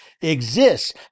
exists